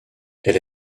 elle